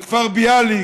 את כפר ביאליק,